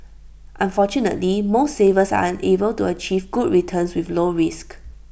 unfortunately most savers are unable to achieve good returns with low risk